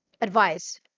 advice